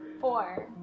four